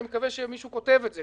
אני מקווה שמישהו כותב את זה,